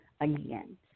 again